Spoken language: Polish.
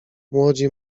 młodzi